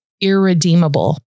irredeemable